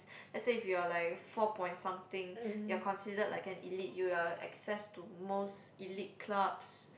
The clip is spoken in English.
let's say if you're like four point something you're considered like an elite you are access to most elite clubs